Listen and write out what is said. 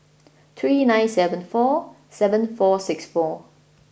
three nine seven four seven four six four